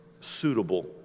suitable